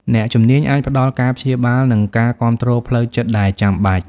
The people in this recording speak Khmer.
អ្នកជំនាញអាចផ្តល់ការព្យាបាល និងការគាំទ្រផ្លូវចិត្តដែលចាំបាច់។